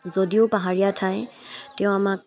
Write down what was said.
যদিও পাহাৰীয়া ঠাই তেওঁ আমাক